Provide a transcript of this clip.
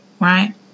right